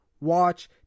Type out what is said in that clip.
watch